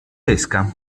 pesca